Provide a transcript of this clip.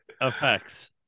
effects